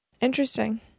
Interesting